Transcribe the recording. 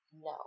No